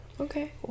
Okay